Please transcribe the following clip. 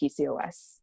PCOS